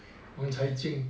and wang cai jin